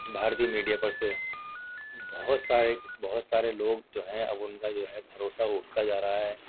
بھارتیہ media پر سے بہت سارے بہت سارے لوگ جو ہیں اب ان کا جو ہے بھروسہ اٹھتا جا رہا ہے